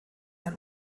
ein